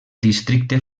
districte